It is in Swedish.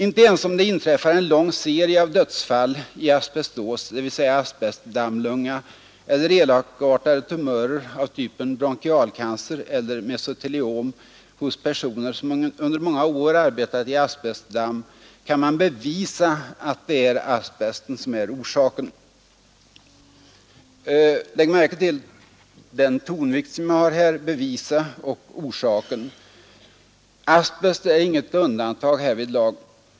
Inte ens om det inträffar en lång serie av dödsfall i as dvs. a eller mesoteliom hos personer som under många år arbetat i asbestdamm kan man bevisa att det är asbesten som är orsaken. Märk väl att jag betonar ”bevisa” och ”orsaken”. Men asbest är inget undantag härvidlag.